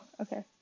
Okay